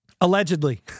allegedly